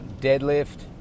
deadlift